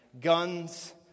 Guns